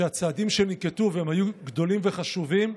שהצעדים שננקטו, הם היו גדולים וחשובים,